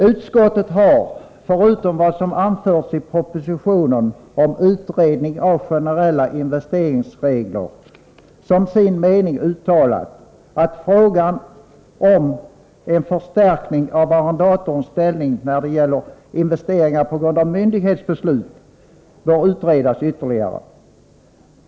Utskottet har, förutom vad som anförts i propositionen om utredning av generella investeringsregler, som sin mening uttalat att frågan om en förstärkning av arrendators ställning vid investeringar på grund av myndighets beslut bör utredas ytterligare.